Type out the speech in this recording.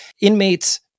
inmates